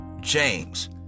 James